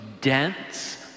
dense